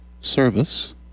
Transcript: service